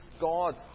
God